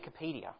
Wikipedia